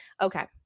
okay